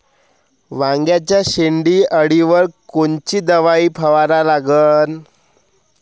वांग्याच्या शेंडी अळीवर कोनची दवाई फवारा लागन?